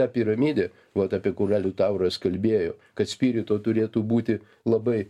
ta piramidė vat apie kurią liutauras kalbėjo kad spirito turėtų būti labai